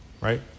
Right